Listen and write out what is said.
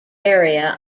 area